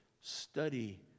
Study